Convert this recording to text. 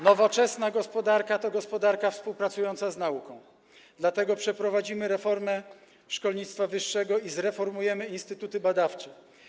Nowoczesna gospodarka to gospodarka współpracująca z nauką, dlatego przeprowadzimy reformę szkolnictwa wyższego i zreformujemy instytuty badawcze.